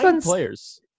players